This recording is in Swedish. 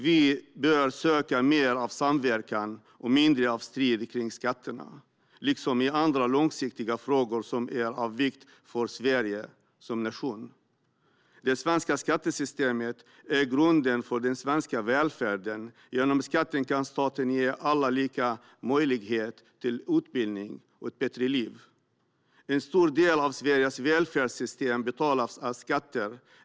Vi bör söka mer av samverkan och mindre av strid kring skatterna liksom i andra långsiktiga frågor som är av vikt för Sverige som nation. Det svenska skattesystemet är grunden för den svenska välfärden. Genom skatten kan staten ge alla lika möjligheter till utbildning och ett bättre liv. En stor del av Sveriges välfärdssystem betalas av skatter.